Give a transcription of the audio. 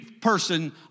person